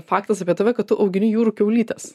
faktas apie tave kad tu augini jūrų kiaulytes